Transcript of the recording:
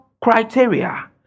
criteria